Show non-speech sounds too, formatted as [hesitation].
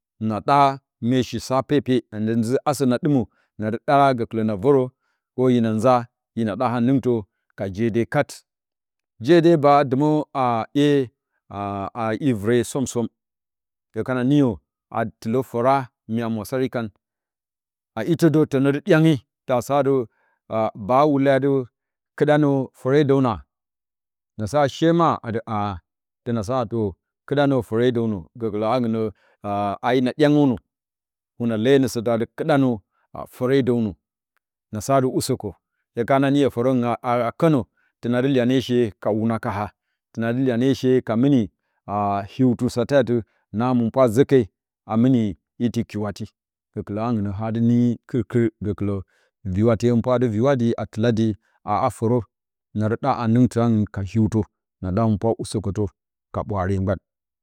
Na ɗaa meshi sa pepe, na nda zɨ hasə na dɨmə, na dɨ ɗaara gəkɨlə na fə rə və rə o hina nza hina ɗa ha nɨngtə ka je de kat, je de baa a dɨmə, baa ye ye, a i, [hesitation] vɨre som-som, bye kana niyo a ha tɨ lə fəra mya mwasari kan a itə də tənə dɨ ɗyange ta sa ati a baa harun lea adɨ kɨɗa nə fəre dəw na, na sa shee maa, atiaa təna sa to kɨɗa nə fərer dəw nə, gəkɨlə hangin nə a hina ɗyangəw nə, hwuna leyo nə satə ati kɨɗa nə fərerdəw nə, na sa ati usəkə hye kana niyo fərəngin a kənə, təna dɨ iya ne she ka wunaka ha, təna dɨ iyane she ka mɨni [hesitation] hwiutɨ sate atina həmɨn pwa a zə ke, a mɨni iti kyiwati, gəkɨlə hangɨn nə ha adɨ nɨnyi kɨrkɨr, gəkɨlə, viwate həmɨnp wa adi vɨwadi a tɨla di a ha fərə nadi ɗa ha nɨngtɨ hangɨn ka hiwtə mgban na ɗa həmɨnpwa usək ətə ka ɓwaare gban.